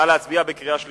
נא להצביע בקריאה שלישית.